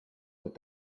that